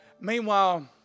Meanwhile